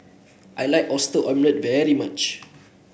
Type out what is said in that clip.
I like Oyster Omelette very much